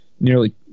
Nearly